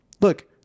look